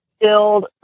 build